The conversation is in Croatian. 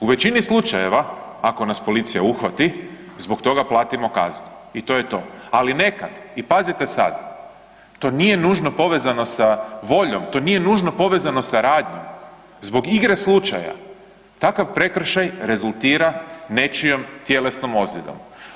U većini slučajeva ako nas policija uhvati zbog toga platimo kaznu i to je to, ali nekad i pazite sad, to nije nužno povezano sa voljom, to nije nužno povezano sa radnjom zbog igre slučaja takav prekršaj rezultira nečijom tjelesnom ozljedom.